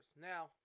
now